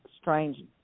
strange